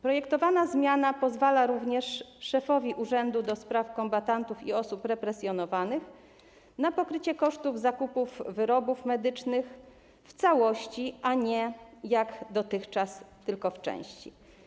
Projektowana zmiana pozwala również szefowi Urzędu do Spraw Kombatantów i Osób Represjonowanych na pokrycie kosztów zakupów wyrobów medycznych w całości, a nie jak dotychczas - tylko w części.